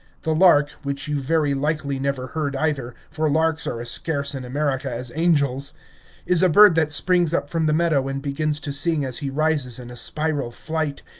the lark, which you very likely never heard either, for larks are as scarce in america as angels is a bird that springs up from the meadow and begins to sing as he rises in a spiral flight,